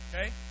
Okay